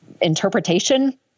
interpretation